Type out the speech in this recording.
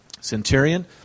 Centurion